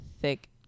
thick